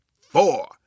four